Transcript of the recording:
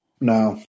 No